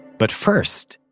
but first,